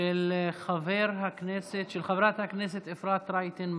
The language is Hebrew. של חברת הכנסת אפרת רייטן מרום,